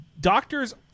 Doctors